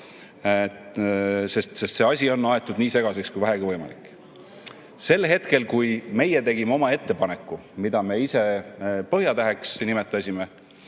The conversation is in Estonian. See asi on aetud nii segaseks kui vähegi võimalik. Sel hetkel, kui meie tegime oma ettepaneku, mida me ise nimetasime